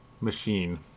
machine